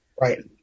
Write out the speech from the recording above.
Right